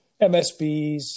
MSBs